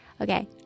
Okay